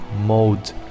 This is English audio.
mode